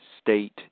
state